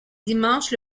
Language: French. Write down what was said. dimanche